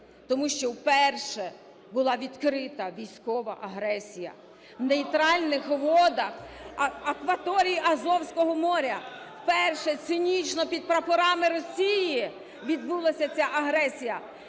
Тому вперше була відкрита військова агресія в нейтральних водах акваторії Азовського моря, вперше цинічно під прапорами Росії відбулася ця агресія.